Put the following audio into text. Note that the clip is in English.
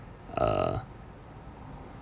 err